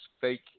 fake